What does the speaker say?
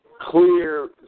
clear